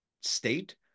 state